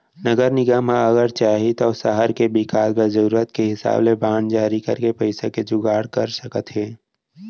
नगर निगम ह अगर चाही तौ सहर के बिकास बर जरूरत के हिसाब ले बांड जारी करके पइसा के जुगाड़ कर सकत हे